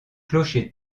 clocher